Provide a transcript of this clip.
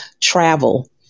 travel